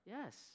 Yes